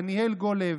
דניאל גולב,